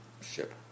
ship